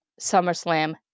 SummerSlam